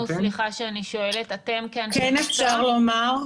כן אפשר לומר,